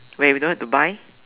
when we don't have to buy